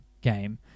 game